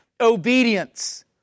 obedience